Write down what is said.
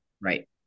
Right